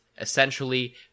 Essentially